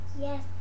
Yes